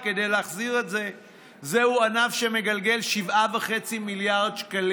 ראש ממשלה וראש ממשלה